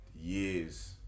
years